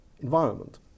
environment